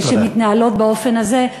שמתנהלות באופן הזה,